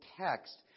text